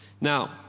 Now